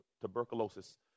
tuberculosis